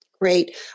Great